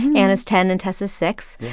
anna's ten, and tessa's six.